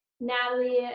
Natalie